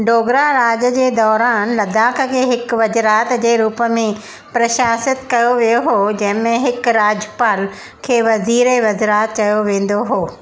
डोगरा राज जे दौरान लद्दाख खे हिक वज़रात जे रूप में प्रशासित कयो वियो हुयो जंहिं में हिक राजपाल खे वज़ीर ए वज़रात चयो वेंदो हुयो